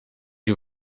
you